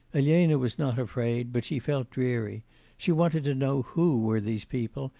elena was not afraid, but she felt dreary she wanted to know who were these people,